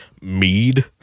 mead